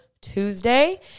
tuesday